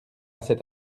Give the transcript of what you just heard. cet